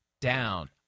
down